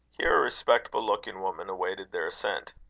here a respectable looking woman awaited their ascent.